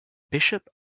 bishop